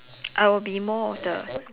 I'll be more of the